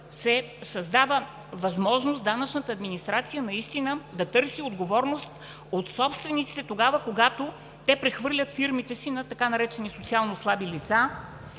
се създава възможност данъчната администрация наистина да търси отговорност от собствениците тогава, когато те прехвърлят фирмите си на така наречени „социално слаби лица“,